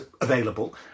available